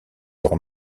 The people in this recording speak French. leur